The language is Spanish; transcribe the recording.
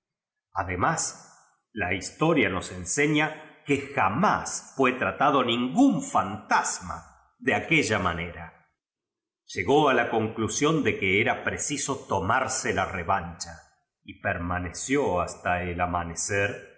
además la historia nos enseña que ja más fue tratado ningún fantasma de aque lla manera llegó a la conclusión de que era preciso tomarse la revancha y permaneció hasta el amanecer en